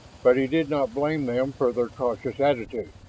but he did not blame them for their cautious attitude.